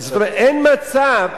אין מצב,